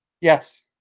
Yes